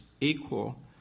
equal